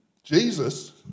Jesus